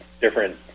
different